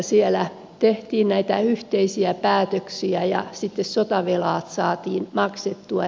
siellä tehtiin näitä yhteisiä päätöksiä ja sitten sotavelat saatiin maksettua